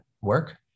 work